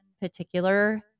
particular